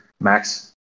Max